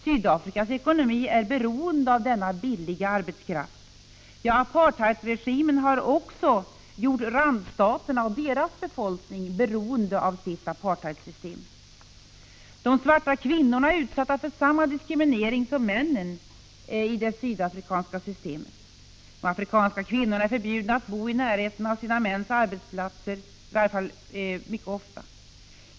Sydafrikas ekonomi är beroende av denna billiga arbetskraft. Apartheidregimen har också gjort randstaterna och deras befolkning beroende av sitt apartheidsystem. De svarta kvinnorna är utsatta för samma diskriminering som männen i det sydafrikanska systemet. De afrikanska kvinnorna är förbjudna att bo i närheten av sina mäns arbetsplatser — i varje fall är det mycket ofta så.